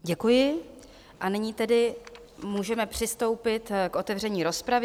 Děkuji, a nyní tedy můžeme přistoupit k otevření rozpravy.